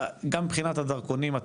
גם מבינת הדרכונים,